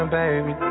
baby